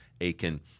aiken